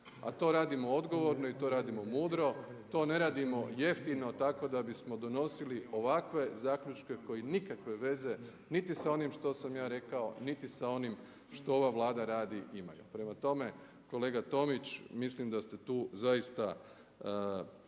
a to radimo odgovorno i to radimo mudro, to ne radimo jeftino tako da bismo donosili ovakve zaključke koji nikakve veze, niti sa onim što sam ja rekao, niti sa onim što ova Vlada radi imaju. Prema tome kolega Tomić, mislim da ste tu zaista